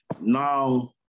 Now